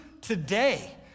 today